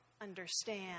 understand